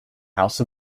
house